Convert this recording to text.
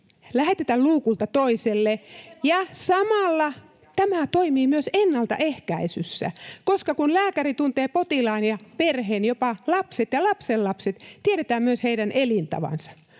Emme me vastusta sitä mallia!] Samalla tämä toimii myös ennaltaehkäisyssä, koska lääkäri tuntee potilaan ja perheen, jopa lapset ja lapsenlapset, ja tietää myös heidän elintapansa.